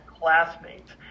classmates